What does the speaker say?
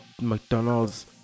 McDonald's